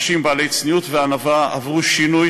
אנשים בעלי צניעות וענווה עברו שינוי